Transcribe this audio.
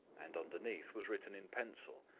and underneath was written in pencil,